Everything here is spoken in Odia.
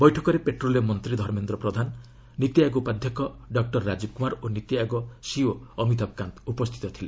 ବୈଠକରେ ପେଟ୍ରୋଲିୟମ୍ ମନ୍ତ୍ରୀ ନରେନ୍ଦ୍ର ପ୍ରଧାନ ନୀତି ଆୟୋଗ ଉପାଧ୍ୟକ୍ଷ ଡକୁର ରାଜୀବ କୃମାର ଓ ନୀତି ଆୟୋଗ ସିଇଓ ଅମିତାଭ୍ କାନ୍ତ ଉପସ୍ଥିତ ଥିଲେ